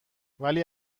ولی